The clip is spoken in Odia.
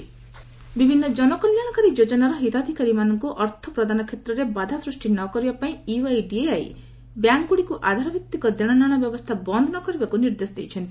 ୟୁଆଇଡିଏଆଇ ଆଧାର ବିଭିନ୍ନ ଜନକଲ୍ୟାଣକାରୀ ଯୋଜନାର ହିତାଧିକାରୀମାନଙ୍କୁ ଅର୍ଥ ପ୍ରଦାନ କ୍ଷେତ୍ରରେ ବାଧା ସୃଷ୍ଟି ନ କରିବା ପାଇଁ ୟୁଆଇଡିଏଆଇ ବ୍ୟାଙ୍କ୍ଗୁଡ଼ିକୁ ଆଧାର ଭିତ୍ତିକ ଦେଶନେଶ ବ୍ୟବସ୍ଥା ବନ୍ଦ ନକରିବାକୁ ନିର୍ଦ୍ଦେଶ ଦେଇଛନ୍ତି